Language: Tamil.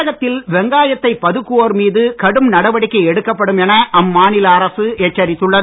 தமிழகத்தில் வெங்காயத்தை பதுக்குவோர் மீது கடும் நடவடிக்கை எடுக்கப்படும் என அம்மாநில அரசு எச்சரித்துள்ளது